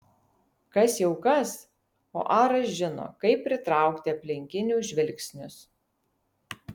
kas jau kas o aras žino kaip pritraukti aplinkinių žvilgsnius